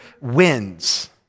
wins